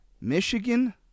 Michigan